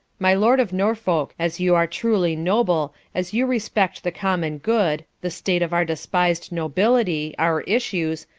my lord of norfolke, as you are truly noble, as you respect the common good, the state of our despis'd nobilitie, our issues,